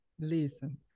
Listen